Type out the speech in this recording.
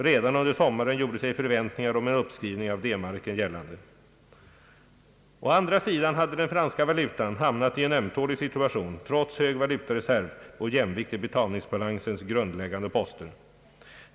Redan under sommaren gjorde sig förväntningar om en uppskrivning av D-marken gällande. Å andra sidan hade den franska valutan hamnat i en ömtålig situation, trots hög valutareserv och jämvikt i betalningsbalansens grundläggande poster.